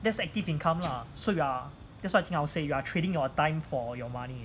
that's active income lah so ya that's what jing hao say you are trading your time for your money